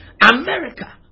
America